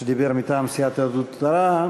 שדיבר מטעם סיעת יהדות התורה.